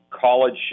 college